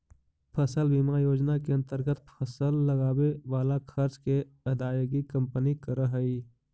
फसल बीमा योजना के अंतर्गत फसल लगावे वाला खर्च के अदायगी कंपनी करऽ हई